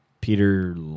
Peter